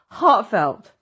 heartfelt